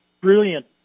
brilliant